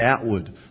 outward